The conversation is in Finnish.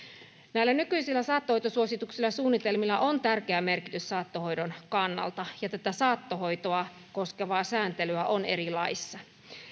näillä nykyisillä saattohoitosuosituksilla ja suunnitelmilla on tärkeä merkitys saattohoidon kannalta ja tätä saattohoitoa koskevaa sääntelyä on eri laeissa